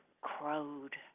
crowed